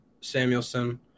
Samuelson